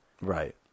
Right